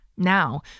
Now